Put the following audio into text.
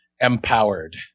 Empowered